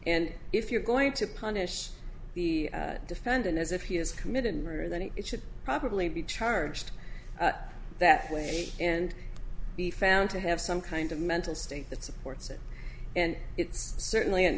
and if you're going to punish the defendant as if he has committed murder then he should probably be charged that way and be found to have some kind of mental state that supports it and it's certainly an